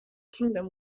kingdom